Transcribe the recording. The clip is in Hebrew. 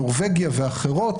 נורבגיה ואחרות.